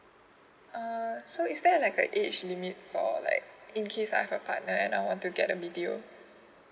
uh so is there like a age limit for like in case uh and I want to get a big deal